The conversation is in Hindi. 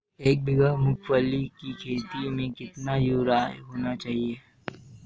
एक बीघा मूंगफली की खेती में कितनी यूरिया की ज़रुरत होती है?